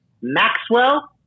Maxwell